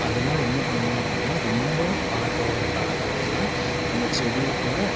அதனால என்ன பண்ணணும் அப்படின்னா ரொம்ப மழை பெய்கிற காலங்களில்யெல்லாம் நம்ம செடிகளை